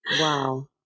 Wow